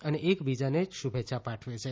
અને એકબીજાને શુભેચ્છા પાઠવે છે